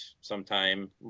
sometime